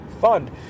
fund